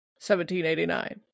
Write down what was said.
1789